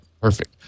Perfect